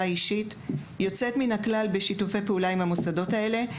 אישית יוצאת מן הכלל בשיתופי פעולה עם המוסדות האלה.